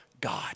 God